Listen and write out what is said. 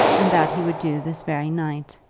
and that he would do this very night.